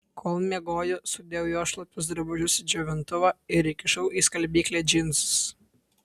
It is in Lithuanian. kol miegojo sudėjau jos šlapius drabužius į džiovintuvą ir įkišau į skalbyklę džinsus